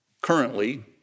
Currently